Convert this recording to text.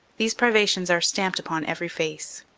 these privations are stamped upon every face.